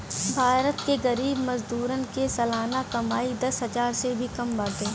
भारत के गरीब मजदूरन के सलाना कमाई दस हजार से भी कम बाटे